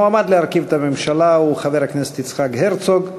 המועמד להרכיב את הממשלה הוא חבר הכנסת יצחק הרצוג.